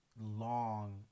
long